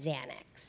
Xanax